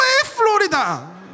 Florida